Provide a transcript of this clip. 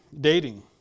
dating